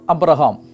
Abraham